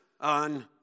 on